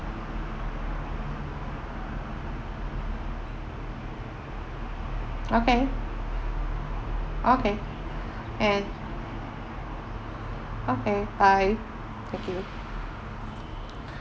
okay okay and okay bye thank you